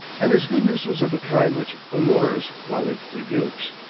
and his goodness was of a kind which allures while it rebukes.